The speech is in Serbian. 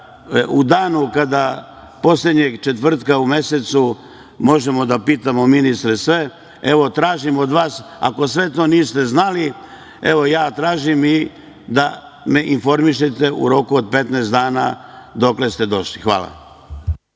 pisma i da poslednjeg četvrtka u mesecu možemo da pitamo ministre sve, evo, tražim od vas, ako sve to niste znali, evo, tražim i da me informišete u roku od 15 dana dokle ste došli. Hvala.